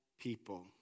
people